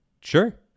Sure